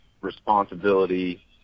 responsibility